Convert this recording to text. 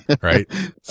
right